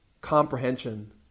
comprehension